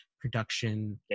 production